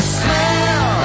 smell